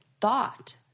thought